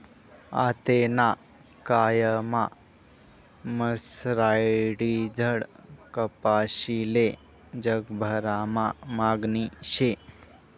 आतेना कायमा मर्सराईज्ड कपाशीले जगभरमा मागणी शे